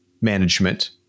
management